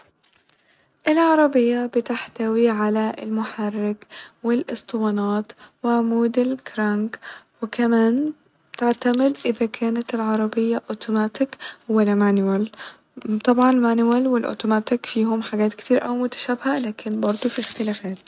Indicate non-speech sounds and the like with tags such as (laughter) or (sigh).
العربية بتحتوي على المحرك والاسطوانات وعمود الكرانك وكمان تعتمد اذا كانت العربية اوتوماتيك ولا مانيوال (hesitation) طبعا مانيوال و الأتوماتيك فيهم حاجات كتيراوي متشابهة لكن برضه في اختلافات